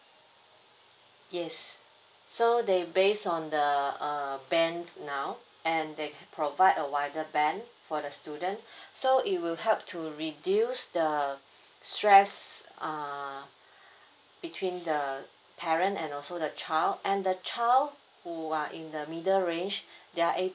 yes so they base on the uh band now and they can provide a wider band for the student so it will help to reduce the stress ah between the parent and also the child and the child who are in the middle range they're